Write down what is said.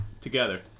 together